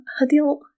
Hadil